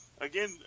Again